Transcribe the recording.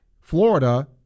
Florida